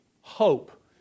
hope